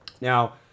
Now